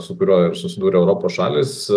su kuriuo ir susidūrė europos šalys